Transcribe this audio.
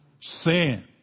sin